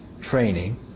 training